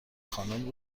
خانم